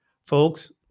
Folks